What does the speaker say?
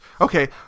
Okay